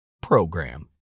PROGRAM